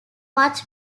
much